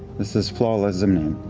this is flawless zemnian.